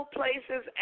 places